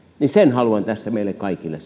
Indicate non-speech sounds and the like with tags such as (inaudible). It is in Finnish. niin sen haluan tässä meille kaikille (unintelligible)